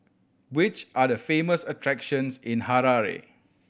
which are the famous attractions in Harare